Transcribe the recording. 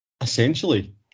essentially